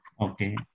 Okay